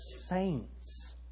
saints